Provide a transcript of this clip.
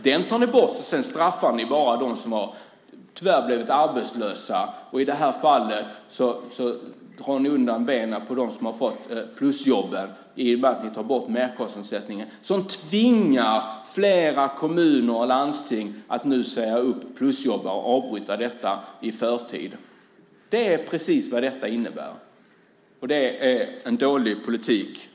Den tar ni bort, och sedan straffar ni bara dem som tyvärr har blivit arbetslösa, och i det här fallet slår ni undan benen på dem som har fått plusjobbet i och med att ni tar bort merkostnadsersättningen, vilket tvingar flera kommuner och landsting att nu säga upp plusjobbare och avbryta detta i förtid. Det är precis vad detta innebär, och det är en dålig politik.